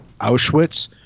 Auschwitz